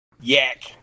yak